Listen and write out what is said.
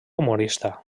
humorista